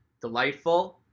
Delightful